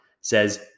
says